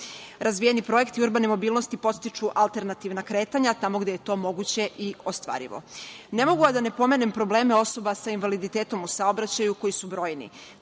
sredine. Razvijeni projekti urbane mobilnosti podstiču alternativna kretanja tamo gde je to moguće i ostvarivo. Ne mogu a da ne pomenem probleme osoba sa invaliditetom u saobraćaju, koji su brojni.